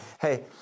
Hey